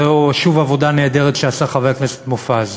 זו שוב עבודה נהדרת שעשה חבר הכנסת מופז.